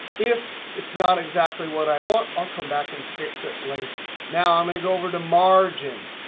if it's not exactly what i want, i'll come back and fix it later. now, i'm going to go over to margins.